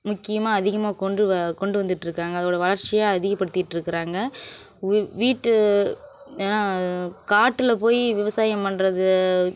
முக்கியமாக அதிகமாக கொண்டு வ கொண்டு வந்துட்டுருக்காங்க அதோடய வளர்ச்சியை அதிகப்படுத்திட்டுருக்குறாங்க உ வீட்டு ஏன்னால் காட்டீல் போய் விவசாயம் பண்ணுறது